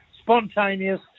spontaneous